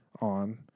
on